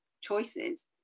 choices